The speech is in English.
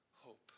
hope